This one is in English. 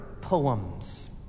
poems